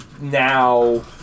Now